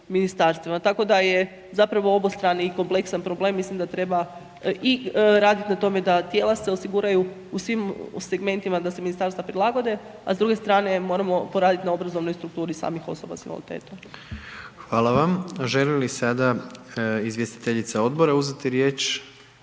Tako da je zapravo obostrani i kompleksan problem, mislim da treba i raditi na tome, da tijela se osiguraju u svim segmentima da se ministarstva prilagode, a s druge strane moramo poraditi na obrazovnoj strukturi samih osoba s invaliditetom. **Jandroković, Gordan (HDZ)** Hvala vam. Želi li sada izvjestiteljica Odbora uzeti riječ?